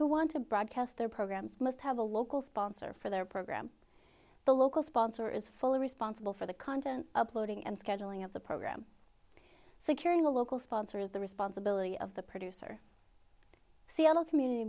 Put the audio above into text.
who want to broadcast their programs must have a local sponsor for their program the local sponsor is fully responsible for the content uploading and scheduling of the program securing a local sponsor is the responsibility of the producer seattle community